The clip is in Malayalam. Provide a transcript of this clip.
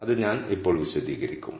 അത് ഞാൻ ഇപ്പോൾ വിശദീകരിക്കും